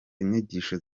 inyigisho